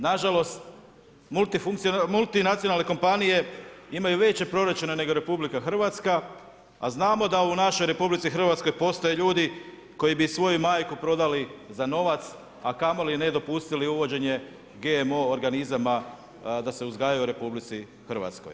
Na žalost multinacionalne kompanije imaju veće proračune nego Republika Hrvatska, a znamo da u našoj RH postoje ljudi koji bi i svoju majku prodali za novac, a kamoli ne dopustili uvođenje GMO organizama da se uzgajaju u RH.